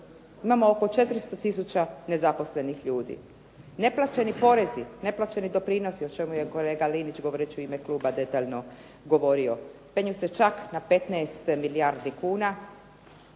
Imamo oko 400 tisuća nezaposlenih ljudi. Neplaćeni porezi, neplaćeni doprinosi, o čemu je kolega Linić govoreći u ime kluba detaljno govorio, penju se čak na 15 milijardi kuna,